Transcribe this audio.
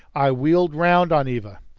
i wheeled round on eva.